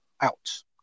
out